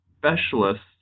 specialists